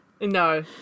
No